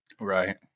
Right